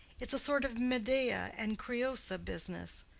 it's a sort of medea and creusa business.